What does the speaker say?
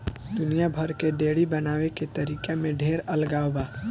दुनिया भर के डेयरी बनावे के तरीका में ढेर अलगाव बा